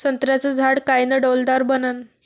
संत्र्याचं झाड कायनं डौलदार बनन?